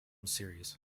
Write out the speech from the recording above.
series